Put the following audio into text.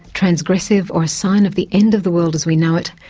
transgressive or a sign of the end of the world as we know it,